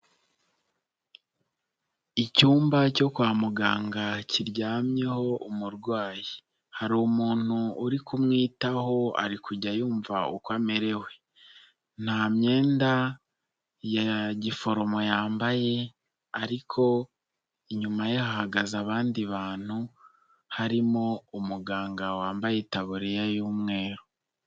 Icyumba cyo kwa muganga kiryamyeho umurwayi, hari umuntu uri kumwitaho ari kujya yumva uko amerewe, nta myenda ya giforomo yambaye ariko inyuma ye hagaze abandi bantu harimo umuganga wambaye itaburiya y'umweru.